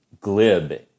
glib